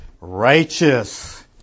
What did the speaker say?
righteous